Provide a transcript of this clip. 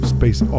Space